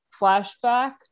flashback